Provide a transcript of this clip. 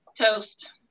toast